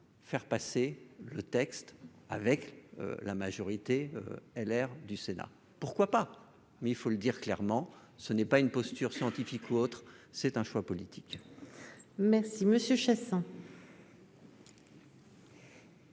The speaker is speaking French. faire passer le texte avec la majorité LR du Sénat, pourquoi pas, mais il faut le dire clairement, ce n'est pas une posture scientifique ou autre, c'est un choix politique. Merci Monsieur Chassaing.